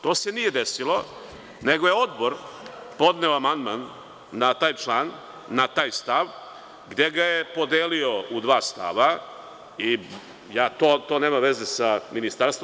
To se nije desilo, nego je Odbor podneo amandman na taj član, na taj stav, gde ga je podelio u dva stava, i to nema veze sa Ministarstvom.